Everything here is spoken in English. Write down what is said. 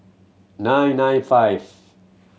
nine nine five